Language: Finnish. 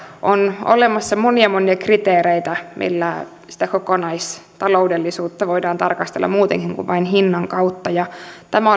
on olemassa monia monia kriteereitä millä sitä kokonaistaloudellisuutta voidaan tarkastella muutenkin kuin vain hinnan kautta tämä